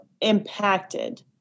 impacted